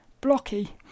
blocky